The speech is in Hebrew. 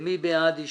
התשע"ז-2017 (תיקון),